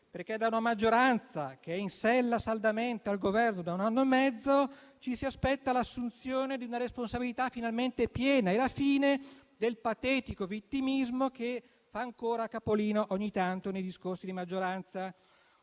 Da una maggioranza che è in sella saldamente al Governo da un anno e mezzo ci si aspetta l'assunzione di una responsabilità finalmente piena e la fine del patetico vittimismo che fa ancora capolino ogni tanto nei discorsi di maggioranza.